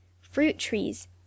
Fruit-Trees